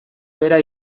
behera